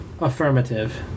affirmative